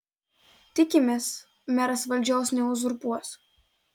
tikimės meras valdžios neuzurpuos